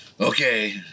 Okay